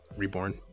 Reborn